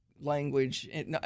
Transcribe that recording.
language